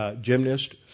gymnast